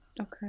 Okay